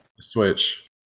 Switch